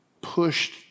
pushed